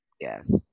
yes